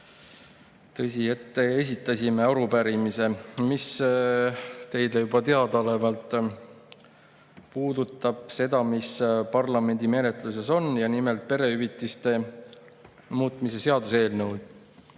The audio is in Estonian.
Tõsi, et esitasime arupärimise, mis teile juba teadaolevalt puudutab [eelnõu], mis parlamendi menetluses on, ja nimelt perehüvitiste [seaduse] muutmise seaduse eelnõu.